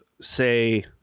say